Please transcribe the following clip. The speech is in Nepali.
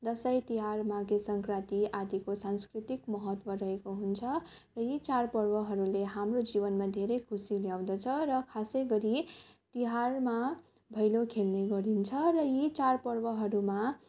दसैँ तिहार माघे सङ्क्रान्ति आदिको सांस्कृतिक महत्व रहेको हुन्छ र यी चाँड पर्वहरूले हाम्रो जीवनमा धेरै खुसी ल्याउँदछ र खासै गरी तिहारमा भैलो खेल्ने गरिन्छ र यी चाँड पर्वहरूमा